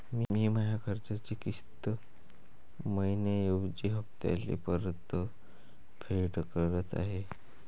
मी माया कर्जाची किस्त मइन्याऐवजी हप्त्याले परतफेड करत आहे